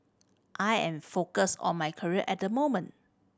I am focused on my career at the moment